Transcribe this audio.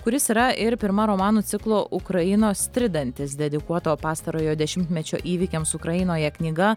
kuris yra ir pirma romanų ciklo ukrainos tridantis dedikuoto pastarojo dešimtmečio įvykiams ukrainoje knyga